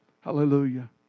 Hallelujah